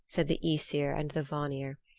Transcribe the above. said the aesir and the vanir.